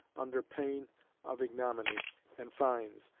under pain of ignominy and fines,